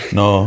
no